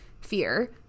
fear